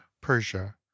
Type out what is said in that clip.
Persia